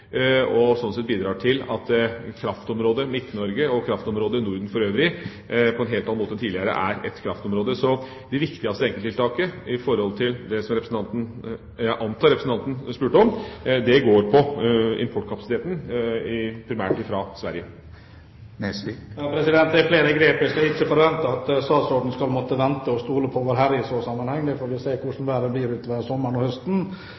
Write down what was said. Norden for øvrig på en helt annen måte enn tidligere er ett kraftområde. Så det viktigste enkelttiltaket når det gjelder det jeg antar representanten spurte om, går på importkapasiteten, primært fra Sverige. Det er flere grep. Jeg forventer ikke at statsråden skal måtte vente og stole på Vårherre i så sammenheng. Vi får se hvordan været blir utover sommeren og høsten.